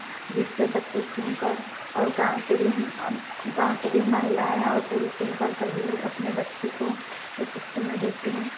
जिससे बच्चे सुनकर और गाँव के भी गाँव के भी महिलाएँ और पुरुष सुनकर सभी लोग अपने बच्चे को उस उस्कूल में भेजते हैं